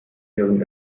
ihren